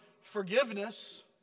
forgiveness